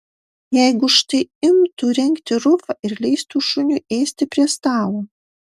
jeigu štai imtų rengti rufą ir leistų šuniui ėsti prie stalo